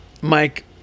Mike